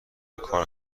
کار